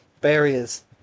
barriers